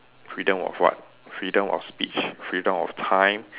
freedom of what freedom of speech freedom of time